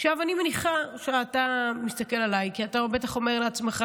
אני מניחה שאתה מסתכל עליי כי אתה בטח אומר לעצמך: